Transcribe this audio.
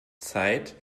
zeit